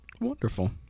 Wonderful